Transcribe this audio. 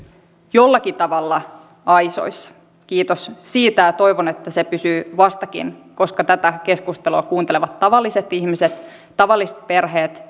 jollakin tavalla aisoissa kiitos siitä ja toivon että se pysyy vastakin koska tätä keskustelua kuuntelevat tavalliset ihmiset tavalliset perheet